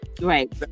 right